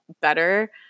better